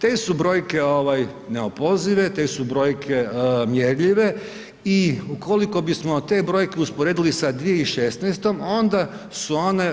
Te su brojke neopozive, te su brojke mjerljive i ukoliko bismo te brojke usporedili sa 20156., onda su one